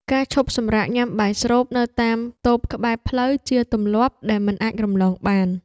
ការឈប់សម្រាកញ៉ាំបាយស្រូបនៅតាមតូបក្បែរផ្លូវជាទម្លាប់ដែលមិនអាចរំលងបាន។